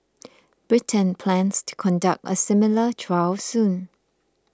Britain plans to conduct a similar trial soon